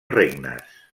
regnes